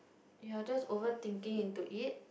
you're just overthinking into it